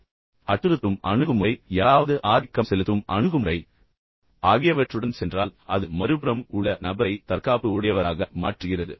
எடுத்துக்காட்டாக அச்சுறுத்தும் அணுகுமுறை யாராவது ஆதிக்கம் செலுத்தும் அணுகுமுறை ஆகியவற்றுடன் சென்றால் அது மறுபுறம் உள்ள நபரை தற்காப்பு உடையவராக மாற்றுகிறது